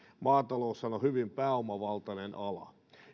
maataloushan on hyvin pääomavaltainen ala